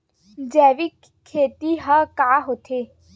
जैविक खेती ह का होथे?